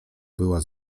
była